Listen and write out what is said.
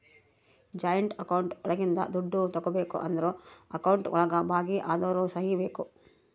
joint account ಒಳಗಿಂದ ದುಡ್ಡು ತಗೋಬೇಕು ಅಂದ್ರು ಅಕೌಂಟ್ ಒಳಗ ಭಾಗಿ ಅದೋರ್ ಸಹಿ ಬೇಕು